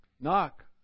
Knock